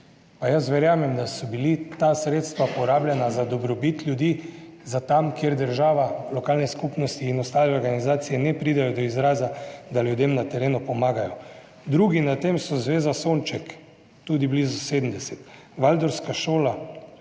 jaz verjamem, da so bila ta sredstva porabljena za dobrobit ljudi, za tam, kjer država, lokalne skupnosti in ostale organizacije ne pridejo do izraza, da ljudem na terenu pomagajo, drugi na tem so Zveza sonček, tudi blizu 70, Valdorfska šola,